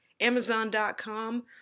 Amazon.com